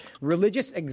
religious